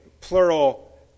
plural